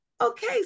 Okay